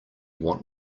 want